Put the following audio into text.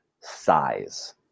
size